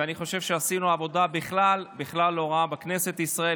ואני חושב שעשינו עבודה בכלל בכלל לא רעה בכנסת ישראל.